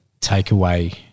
takeaway